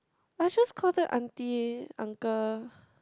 I just call them aunty uncle